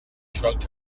shrugged